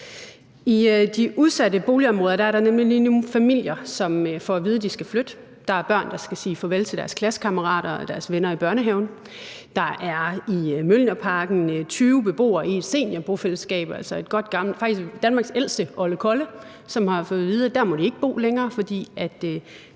I de udsatte boligområder er der nemlig lige nu nogle familier, som får at vide, at de skal flytte. Der er børn, der skal sige farvel til deres klassekammerater og deres venner i børnehaven. Der er i Mjølnerparken 20 beboere i et seniorbofællesskab – faktisk Danmarks ældste oldekolle, som har fået at vide, at der må de ikke bo længere, fordi